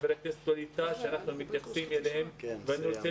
יש מקרים ייחודיים שאנחנו מתייחסים אליהם ואני רוצה